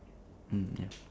mm ya